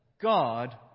God